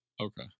okay